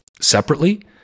separately